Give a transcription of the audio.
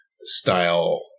style